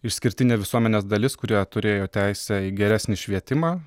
išskirtinė visuomenės dalis kurie turėjo teisę į geresnį švietimą